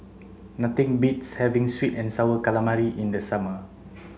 nothing beats having sweet and sour calamari in the summer